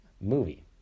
movie